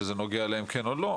שזה נוגע אליהן כן או לא,